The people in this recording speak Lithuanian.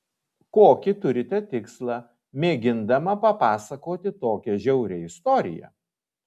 kokį turite tikslą mėgindama papasakoti tokią žiaurią istoriją